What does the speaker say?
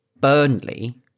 Burnley